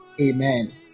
Amen